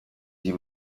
sie